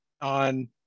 on